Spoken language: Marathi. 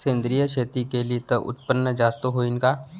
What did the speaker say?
सेंद्रिय शेती केली त उत्पन्न जास्त होईन का?